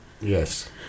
Yes